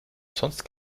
sonst